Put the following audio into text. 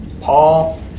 Paul